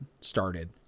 started